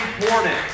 important